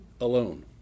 alone